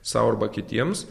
sau arba kitiems